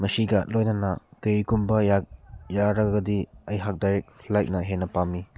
ꯃꯁꯤꯒ ꯂꯣꯏꯅꯅ ꯀꯔꯤꯒꯨꯝꯕ ꯌꯥꯔꯒꯗꯤ ꯑꯩꯍꯥꯛ ꯗꯥꯏꯔꯦꯛ ꯐ꯭ꯂꯥꯏꯠꯅ ꯍꯦꯟ ꯄꯥꯝꯏ